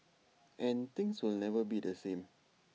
and things will never be the same